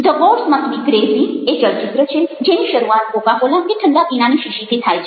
the gods must be crazy એ ચલચિત્ર છે જેની શરૂઆત કોકાકોલા કે ઠંડા પીણાંની શીશીથી થાય છે